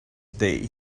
day